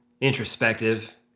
Introspective